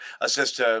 assist